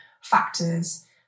factors